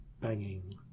banging